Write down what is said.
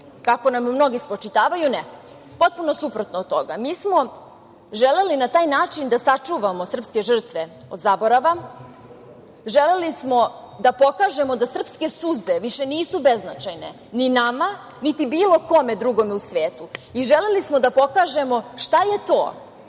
kako nam mnogi spočitavaju. Ne, potpuno suprotno od toga, mi smo na taj način želeli da sačuvamo srpske žrtve od zaborava. Želeli smo da pokažemo da srpske suze više nisu beznačajne ni nama niti bilo kome drugome u svetu. Želeli smo da pokažemo šta je to